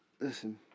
Listen